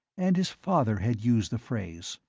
and his father had used the phrase,